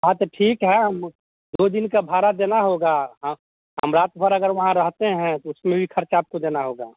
हाँ तो ठीक है हम दो दिन का भाड़ा देना होगा हाँ हम रात भर अगर वहाँ रहते हैं तो उसमें भी खर्चा आपको देना होगा